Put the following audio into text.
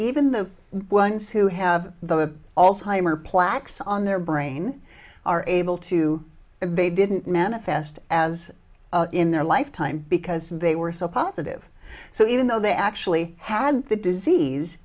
even the ones who have the also higher plaques on their brain are able to they didn't manifest as in their lifetime because they were so positive so even though they actually had the disease